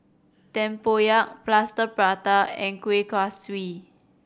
tempoyak Plaster Prata and Kuih Kaswi